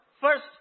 First